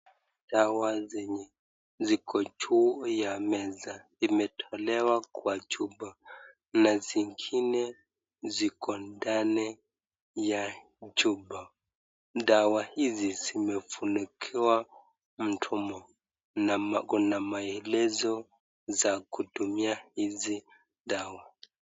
Dawa zenye ziko juu ya meza imetolewa kwa chupa na zingine ziko ndani ya chupa dawa hizi zimefunikiwa mdomo na kuna maelezo za kutumia hizi dawa.